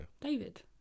David